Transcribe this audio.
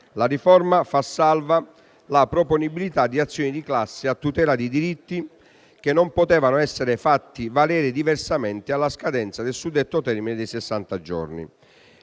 La riforma fa salva la proponibilità di azioni di classe a tutela di diritti che non potevano essere fatti valere diversamente alla scadenza del suddetto termine di sessanta giorni.